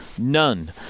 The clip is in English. None